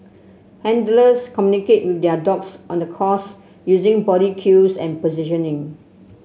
handlers communicate with their dogs on the course using body cues and positioning